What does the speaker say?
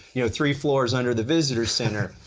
you know three floors under the visitors center.